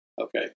Okay